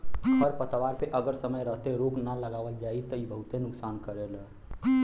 खरपतवार पे अगर समय रहते रोक ना लगावल जाई त इ बहुते नुकसान करेलन